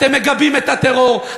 אתם מגבים את הטרור,